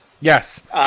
Yes